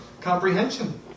comprehension